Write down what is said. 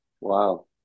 Wow